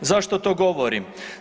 Zašto to govorim?